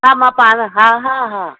हा मां पाणि हा हा हा